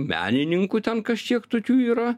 menininkų ten kažkiek tokių yra